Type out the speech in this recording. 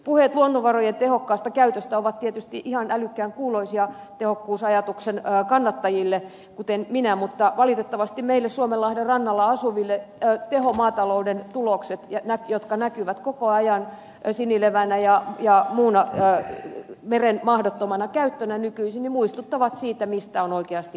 puheet luonnonvarojen tehokkaasta käytöstä ovat tietysti ihan älykkään kuuloisia tehokkuusajatuksen kannattajille kuten minulle mutta valitettavasti meille suomenlahden rannalla asuville tehomaatalouden tulokset jotka näkyvät koko ajan sinilevänä ja muuna meren mahdottomana käyttönä nykyisin muistuttavat siitä mistä on oikeasti kyse